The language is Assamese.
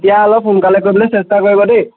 এতিয়া অলপ সোনকালে কৰিবলৈ চেষ্টা কৰিব দেই